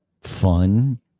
fun